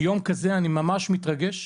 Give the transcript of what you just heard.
ביום כזה אני ממש מתרגש,